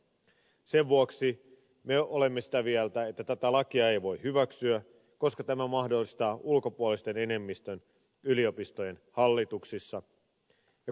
sen vuoksi me olemme sitä mieltä että tätä lakia ei voi hyväksyä koska tämä mahdollistaa ulkopuolisten enemmistön yliopistojen hallituksissa